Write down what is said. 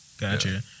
gotcha